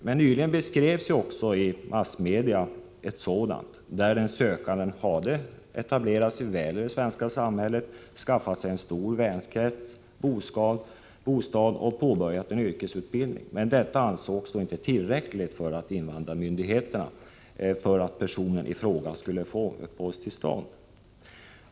Men nyligen beskrevs i massmedia ett fall där den sökande hade etablerat sig väl i det svenska samhället, skaffat sig en stor vänkrets, bostad och påbörjat en yrkesutbildning. Detta ansågs emellertid inte tillräckligt för att personen i fråga skulle få uppehållstillstånd.